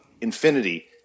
infinity